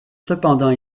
cependant